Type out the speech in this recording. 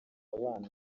abana